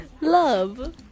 Love